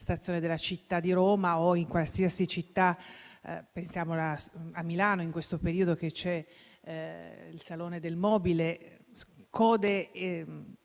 stazione della città di Roma o in qualsiasi altra città; pensiamo a Milano dove in questo periodo c'è il Salone del mobile: code